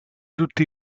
tutti